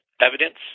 evidence